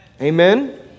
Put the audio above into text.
Amen